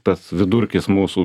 tas vidurkis mūsų